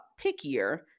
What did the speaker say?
pickier